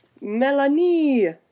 Melanie